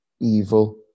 evil